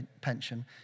pension